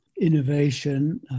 innovation